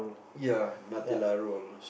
ya Nutella roll